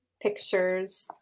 pictures